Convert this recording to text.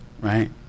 right